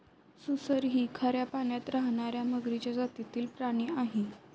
सुसर ही खाऱ्या पाण्यात राहणार्या मगरीच्या जातीतील प्राणी आहे